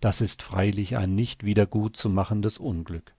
das ist freilich ein nicht wieder gut zu machendes unglück